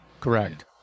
Correct